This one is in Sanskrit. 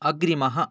अग्रिमः